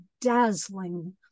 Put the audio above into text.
dazzling